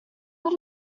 not